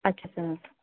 اچھا سر